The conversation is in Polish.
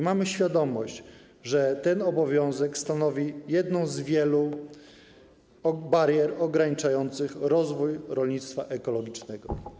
Mamy świadomość, że stanowi to jedną z wielu barier ograniczających rozwój rolnictwa ekologicznego.